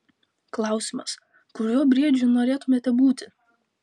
klausimas kuriuo briedžiu norėtumėte būti